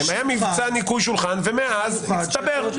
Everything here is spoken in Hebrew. היה מבצע ניקוי שולחן, ומאז הצטבר.